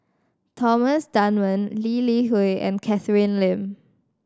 Thomas Dunman Lee Li Hui and Catherine Lim